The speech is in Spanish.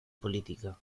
política